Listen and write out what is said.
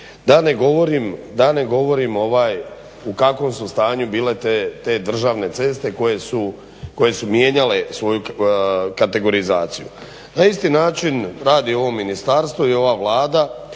Da ne govorim u kakvom su stanju bile te državne ceste koje su mijenjale svoju kategorizaciju. Na isti način radi ovo Ministarstvo i ova Vlada